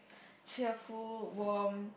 cheerful warm